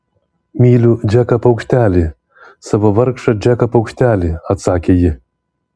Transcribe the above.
myliu džeką paukštelį savo vargšą džeką paukštelį atsakė ji